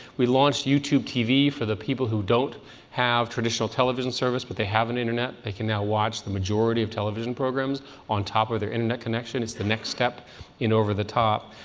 we launched youtube tv for the people who don't have traditional television service but they have an internet. they can now watch the majority of television programs on top of their internet connection. it's the next step in over the top.